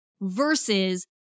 versus